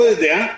לא יודע,